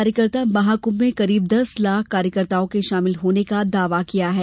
कार्यकर्ता महाकृभ में करीब दस लाख कार्यकर्ताओं के शामिल होने की सम्भावना है